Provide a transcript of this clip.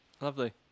lovely